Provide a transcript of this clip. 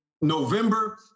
November